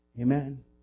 Amen